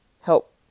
help